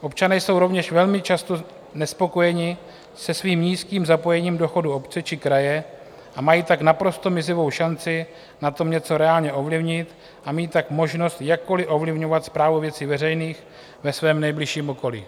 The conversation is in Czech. Občané jsou rovněž velmi často nespokojeni se svým místním zapojením do chodu obce či kraje, a mají tak naprosto mizivou šanci na tom něco reálně ovlivnit a mít tak možnost jakkoliv ovlivňovat správu věcí veřejných ve svém nejbližším okolí.